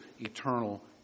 eternal